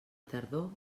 tardor